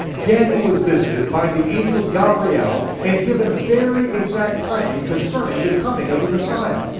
daniel was visited by the angel gabriel, and given very exact timing concerning the coming of the messiah.